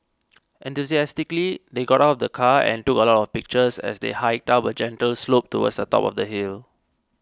enthusiastically they got out of the car and took a lot of pictures as they hiked up a gentle slope towards the top of the hill